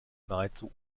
nahezu